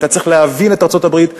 צריך להבין את ארצות-הברית,